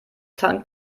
tankt